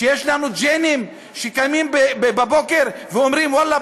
שיש לנו גנים שאנחנו קמים בבוקר ואומרים: ואללה,